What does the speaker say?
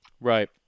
Right